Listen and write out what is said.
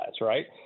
right